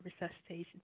resuscitation